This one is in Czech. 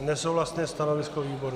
Nesouhlasné stanovisko výboru.